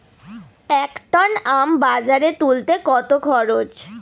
এক টন আম বাজারে তুলতে কত খরচ?